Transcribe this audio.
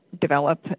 develop